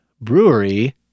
brewery